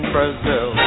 Brazil